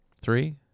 Three